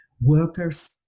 workers